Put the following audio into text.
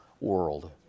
world